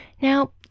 Now